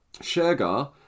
Shergar